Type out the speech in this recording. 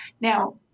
Now